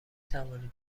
توانید